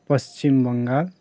Paschim Bengal